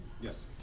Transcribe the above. Yes